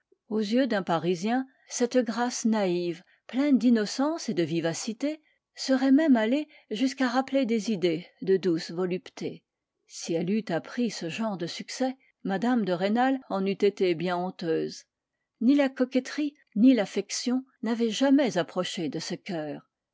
aux yeux d'un parisien cette grâce naïve pleine d'innocence et de vivacité serait même allée jusqu'à rappeler des idées de douce volupté si elle eût appris ce genre de succès mme de rênal en eût été bien honteuse ni la coquetterie ni l'affection n'avaient jamais approché de ce coeur